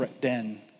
den